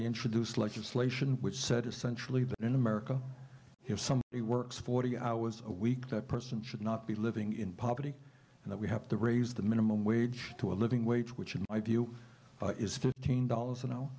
introduced legislation which said essentially that in america has some it works forty hours a week that person should not be living in poverty and that we have to raise the minimum wage to a living wage which in my view is fifteen dollars an hour